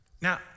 Now